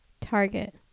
Target